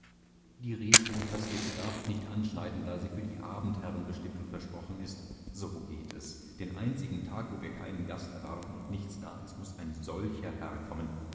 die rebhuhnpastete darf ich nicht anschneiden da sie für die abendherren bestimmt und versprochen ist so geht es den einzigen tag wo wir keinen gast erwarten und nichts da ist muß ein solcher herr